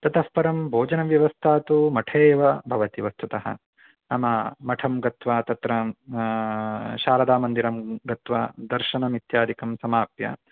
ततः परं भोजनव्यवस्था तु मठे एव भवति वस्तुतः नाम मठं गत्वा तत्र शारदामन्दिरं गत्वा दर्शनमित्यादिकं समाप्य